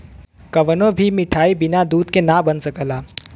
कवनो भी मिठाई बिना दूध के ना बन सकला